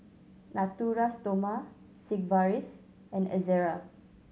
Natura Stoma Sigvaris and Ezerra